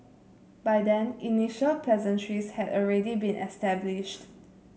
by then initial pleasantries had already been established